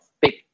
big